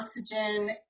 oxygen